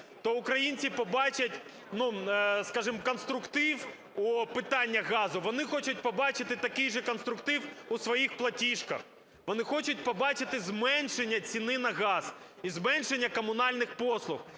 то українці побачать, ну, скажімо, конструктив у питаннях газу. Вони хочуть побачити такий же конструктив у своїх платіжках. Вони хочуть побачити зменшення ціни на газ і зменшення комунальних послуг.